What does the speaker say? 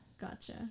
gotcha